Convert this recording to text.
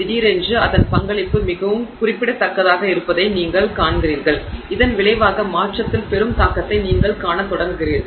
திடீரென்று அதன் பங்களிப்பு மிகவும் குறிப்பிடத்தக்கதாக இருப்பதை நீங்கள் காண்கிறீர்கள் இதன் விளைவாக மாற்றத்தில் பெரும் தாக்கத்தை நீங்கள் காணத் தொடங்குகிறீர்கள்